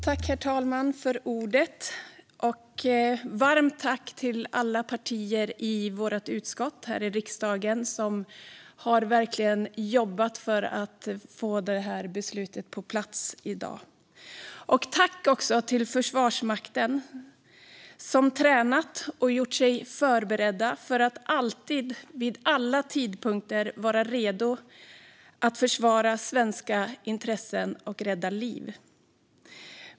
Herr talman! Varmt tack till alla partier i utskottet här i riksdagen som verkligen har jobbat för att få det här beslutet på plats i dag! Tack också till Försvarsmakten som har tränat och gjort sig förberedda för att alltid, vid alla tidpunkter, vara redo att försvara svenska intressen och rädda liv.